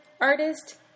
artist